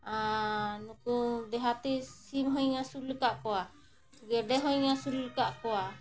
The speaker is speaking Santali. ᱟᱨ ᱱᱩᱠᱩ ᱫᱮᱦᱟᱛᱤ ᱥᱤᱢ ᱦᱚᱧ ᱟᱹᱥᱩᱞ ᱟᱠᱟᱫ ᱠᱚᱣᱟ ᱜᱮᱰᱮ ᱦᱚᱧ ᱟᱹᱥᱩᱞ ᱟᱠᱟᱫ ᱠᱚᱣᱟ